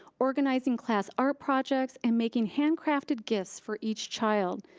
organizing class art projects, and making handcrafted gifts for each child.